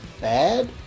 bad